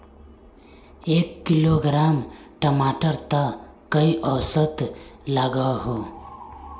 एक किलोग्राम टमाटर त कई औसत लागोहो?